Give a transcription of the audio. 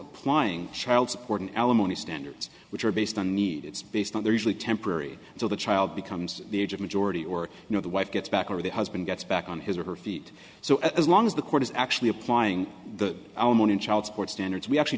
applying child support alimony standards which are based on need it's based on their usually temporary until the child becomes the age of majority or you know the wife gets back or the husband gets back on his or her feet so as long as the court is actually applying the alimony and child support standards we actually